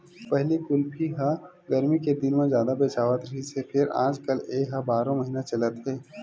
पहिली कुल्फी ह गरमी के दिन म जादा बेचावत रिहिस हे फेर आजकाल ए ह बारो महिना चलत हे